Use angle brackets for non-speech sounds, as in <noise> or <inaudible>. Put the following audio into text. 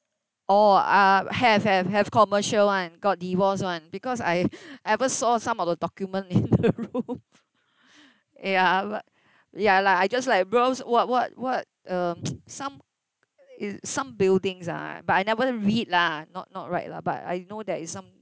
oh uh have have have commercial [one] and got divorce [one] because I I ever saw some of the documents in the room <laughs> ya but ya lah I just like browse what what what um <noise> some i~ some buildings ah but I never read lah not not right lah but I know that is some